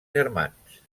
germans